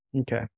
Okay